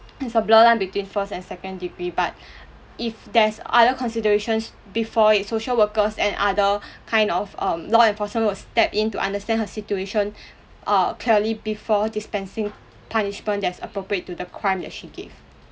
it's a blurred line between first and second degree but if there's other considerations before it social workers and other kinds of um law enforcement will step in to understand her situation uh clearly before dispensing punishment as appropriate to the crime there she gave